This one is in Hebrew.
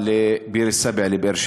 החשוב ביותר,